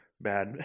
bad